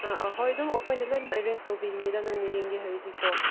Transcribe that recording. ꯍꯣꯏ ꯑꯗꯨꯝ ꯑꯩꯈꯣꯏꯅ ꯂꯣꯏꯅꯃꯛ ꯑꯦꯔꯦꯟꯖ ꯇꯧꯕꯤꯒꯅꯤꯗ ꯅꯪꯅ ꯌꯦꯡꯒꯦ ꯍꯥꯏꯔꯗꯤꯀꯣ